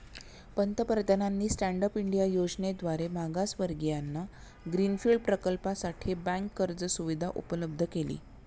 पंतप्रधानांनी stand up India योजनेद्वारे मागासवर्गीयांना ग्रीन फील्ड प्रकल्पासाठी बँक कर्ज सुविधा उपलब्ध केली